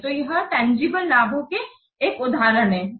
तो यह तंजीबले लाभों का एक उदाहरण है